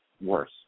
worse